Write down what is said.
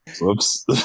Whoops